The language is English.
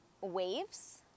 waves